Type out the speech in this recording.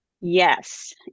Yes